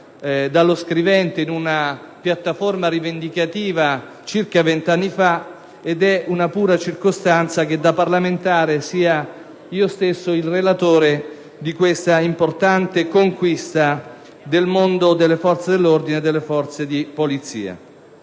dallo scrivente in una piattaforma rivendicativa circa vent'anni fa ed è una pura coincidenza che da parlamentare sia io stesso il relatore di tale importante conquista per il mondo delle forze dell'ordine e delle forze di polizia.